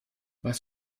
was